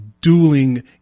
dueling